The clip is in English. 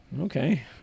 Okay